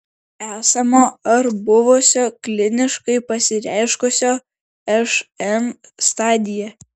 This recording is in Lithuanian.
esamo ar buvusio kliniškai pasireiškusio šn stadija